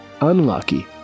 unlucky